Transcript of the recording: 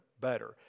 better